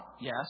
Yes